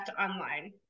online